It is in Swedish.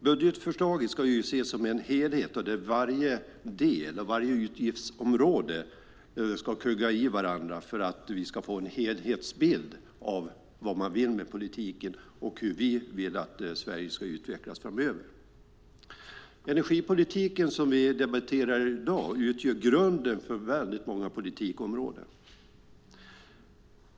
Budgetförslaget ska ses som en helhet där varje del, varje utgiftsområde, ska kugga i varandra för att vi ska få en helhetsbild av vad man vill med politiken och hur vi vill att Sverige ska utvecklas framöver. Energipolitiken, som vi debatterar i dag, utgör grunden för väldigt många politikområden.